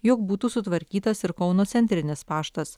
jog būtų sutvarkytas ir kauno centrinis paštas